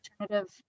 alternative